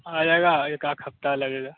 आ जाएगा एक आध हफ्ता लगेगा